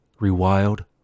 Rewild